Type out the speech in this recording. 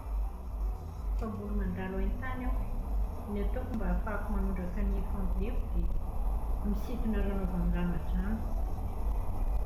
Mpamboly mandalo haintany aho. Ny ataoko mba ahafahako manondraka ny famboleko dia misintona rano avy amin'ny lava-drano.